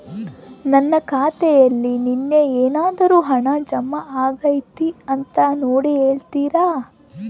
ನನ್ನ ಖಾತೆಯಲ್ಲಿ ನಿನ್ನೆ ಏನಾದರೂ ಹಣ ಜಮಾ ಆಗೈತಾ ಅಂತ ನೋಡಿ ಹೇಳ್ತೇರಾ?